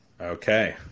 Okay